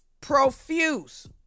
profuse